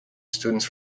students